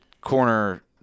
corner